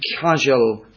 casual